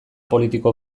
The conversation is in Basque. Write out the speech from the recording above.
politiko